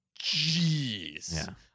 Jeez